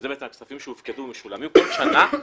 שאלה בעצם הכספים שהופקדו ומשולמים כל שנה.